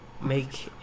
make